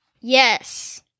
Yes